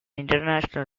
international